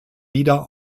wieder